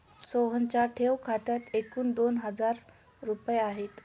सोहनच्या ठेव खात्यात एकूण दोन हजार रुपये आहेत